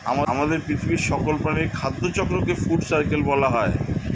আমাদের পৃথিবীর সকল প্রাণীর খাদ্য চক্রকে ফুড সার্কেল বলা হয়